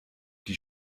die